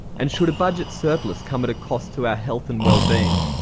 and should a budget surplus come at a cost to our health and well being?